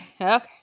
Okay